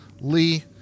Lee